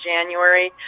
January